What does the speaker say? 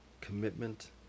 commitment